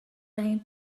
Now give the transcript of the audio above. دهیم